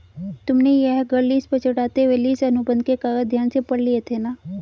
तुमने यह घर लीस पर चढ़ाते हुए लीस अनुबंध के कागज ध्यान से पढ़ लिए थे ना?